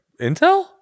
intel